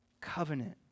Covenant